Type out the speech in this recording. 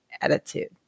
attitude